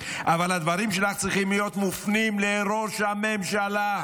אבל הדברים שלך צריכים להיות מופנים לראש הממשלה.